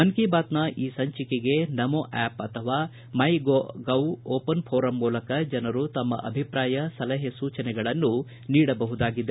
ಮನ್ ಕೀ ಬಾತ್ನ ಈ ಸಂಚಿಕೆಗೆ ನಮೋ ಆಪ್ ಅಥವಾ ಮೈ ಗೌ ಓಪನ್ ಪೋರಂ ಮೂಲಕ ಜನರು ತಮ್ಮ ಅಭಿಪ್ರಾಯ ಸಲಹೆ ಸೂಚನೆಗಳನ್ನು ನೀಡಬಹುದಾಗಿದೆ